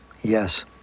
Yes